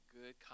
good